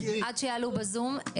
בזום,